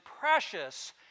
precious